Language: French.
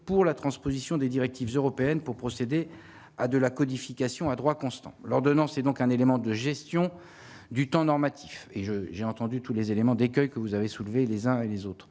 pour la transposition des directives européennes pour procéder à de la codification à droit constant, l'ordonnance et donc un élément de gestion du temps normatif et je j'ai entendu tous les éléments d'que vous avez soulevé les uns et les autres